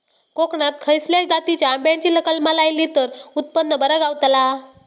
कोकणात खसल्या जातीच्या आंब्याची कलमा लायली तर उत्पन बरा गावताला?